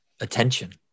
Attention